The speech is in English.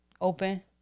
open